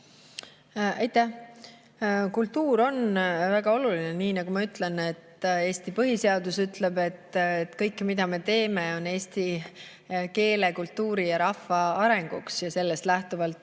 Aitäh! Kultuur on väga oluline. Nii nagu ma olen öelnud, Eesti põhiseadus ütleb, et kõik, mida me teeme, on eesti keele, kultuuri ja rahva arenguks. Sellest lähtuvalt